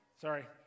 Sorry